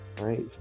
Right